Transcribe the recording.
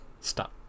stop